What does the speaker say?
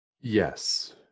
Yes